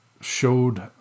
showed